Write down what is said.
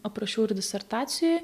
aprašiau ir disertacijoj